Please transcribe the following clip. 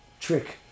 trick